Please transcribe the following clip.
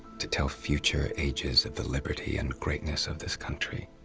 to tell future ages of the liberty and greatness of this country